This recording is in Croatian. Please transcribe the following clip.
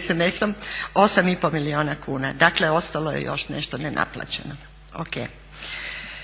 smsom 8 i pol milijuna kuna. Dakle, ostalo je još nešto nenaplaćeno.